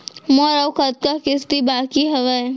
मोर अऊ कतका किसती बाकी हवय?